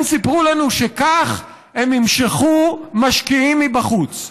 הם סיפרו לנו שכך הם ימשכו משקיעים מבחוץ,